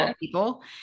people